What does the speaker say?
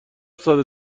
ساده